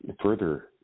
further